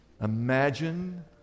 Imagine